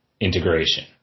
integration